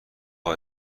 اقا